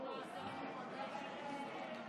חברי הכנסת, נא לשבת.